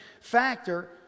factor